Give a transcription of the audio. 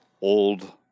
old